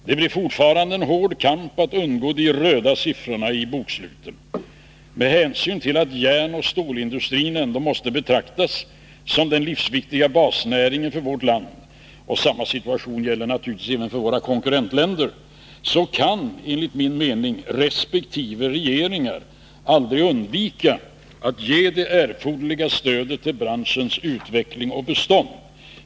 Det blir fortfarande en hård kamp att undgå de röda siffrorna i boksluten. Med hänsyn till att järnoch stålindustrin ändå måste betraktas som den livsviktiga basnäringen för vårt land—-samma situation gäller naturligtvis även för våra konkurrentländer— så kan enligt min mening resp. regeringar aldrig undvika att ge det erforderliga stödet till branschens utveckling och bestånd.